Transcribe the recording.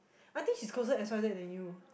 I think she's closer X_Y_Z than you